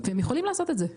והם יכולים לעשות את זה.